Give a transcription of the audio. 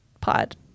pod